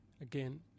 Again